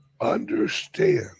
Understand